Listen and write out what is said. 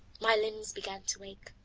my limbs began to ache,